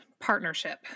partnership